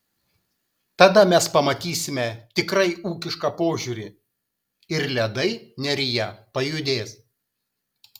tada mes pamatysime tikrai ūkišką požiūrį ir ledai neryje pajudės